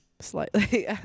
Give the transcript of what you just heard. slightly